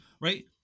right